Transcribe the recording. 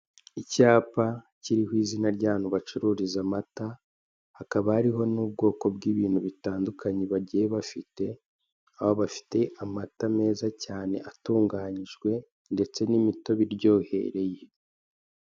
Icyapa kiriho izina y'ahantu bacururiza amata hakaba hariho n'ubwoko bw'ibintu bitandukanye bagiye bafite, aho bafite amata meza cyane atunganyijwe ndetse n'imitobe iryohereye.